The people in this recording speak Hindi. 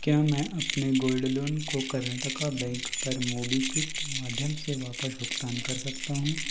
क्या मैं अपने गोल्ड लोन को कर्नाटका बैंक पर मोबीक्विक के माध्यम से वापस भुगतान कर सकता हूँ